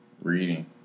Reading